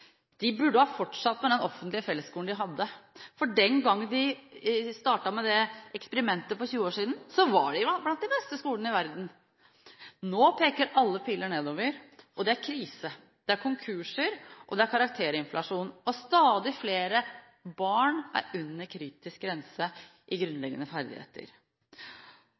De burde ha fortsatt med den offentlige fellesskolen de hadde. Den gang da de startet med det eksperimentet – for tjue år siden – var de blant de beste skolene i verden. Nå peker alle piler nedover, og det er krise. Det er konkurser, og det er karakterinflasjon. Stadig flere barn er under en kritisk grense i grunnleggende ferdigheter.